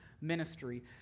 ministry